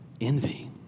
envy